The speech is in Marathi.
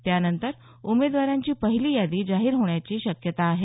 त्यानंतर उमेदवारांची पहिली यादी जाहीर होण्याची शक्यता आहे